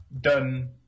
done